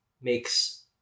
makes